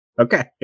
Okay